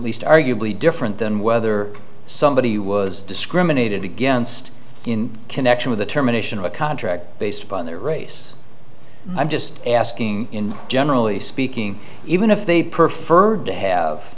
least arguably different than whether somebody was discriminated against in connection with a terminations of a contract based upon their race i'm just asking in generally speaking even if they prefer to have